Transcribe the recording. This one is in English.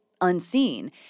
unseen